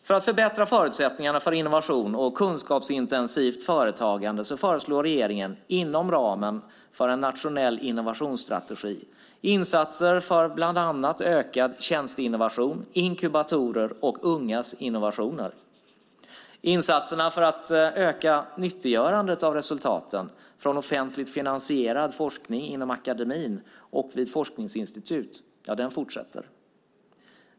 För att förbättra förutsättningarna för innovation och kunskapsintensivt företagande föreslår regeringen inom ramen för en nationell innovationsstrategi insatser för bland annat ökad tjänsteinnovation, inkubatorer och ungas innovationer. Insatserna för att öka nyttiggörandet av resultaten från offentligt finansierad forskning inom akademien och vid forskningsinstitut fortsätter.